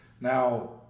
Now